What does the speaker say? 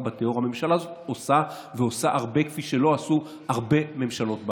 הממשלה הזאת עושה ועושה הרבה כפי שלא עשו הרבה ממשלות בעבר.